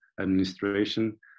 administration